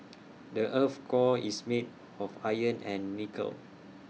the Earth's core is made of iron and nickel